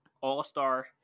all-star